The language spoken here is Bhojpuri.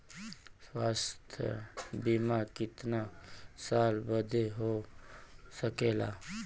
स्वास्थ्य बीमा कितना साल बदे हो सकेला?